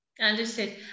Understood